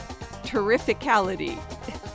terrificality